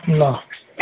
ल